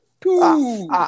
two